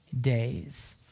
days